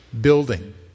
building